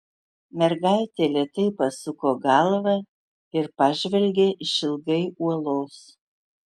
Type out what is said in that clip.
mergaitė lėtai pasuko galvą ir pažvelgė išilgai uolos